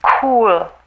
cool